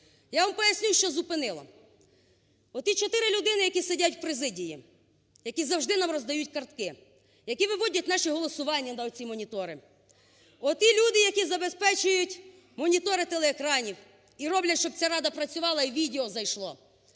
Я вам поясню, що зупинило. Оті чотири людини, які сидять в президії, які завжди нам роздають картки, які виводять наші голосування на оці монітори, оті люди, які забезпечують монітори телеекранів і роблять, щоб ця Рада працювала і відео зайшло.